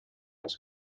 els